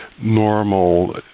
normal